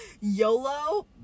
yolo